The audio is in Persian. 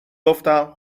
گفتم